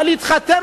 בא להתחתן,